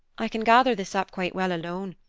i can gather this up quite well alone,